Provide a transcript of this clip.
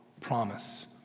promise